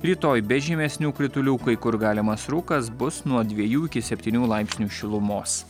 rytoj be žymesnių kritulių kai kur galimas rūkas bus nuo dviejų iki septynių laipsnių šilumos